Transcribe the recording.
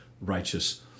righteous